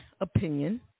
opinion